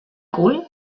cul